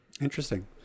Interesting